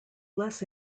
less